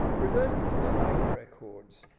reverting to the life records,